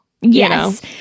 Yes